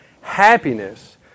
happiness